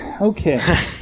Okay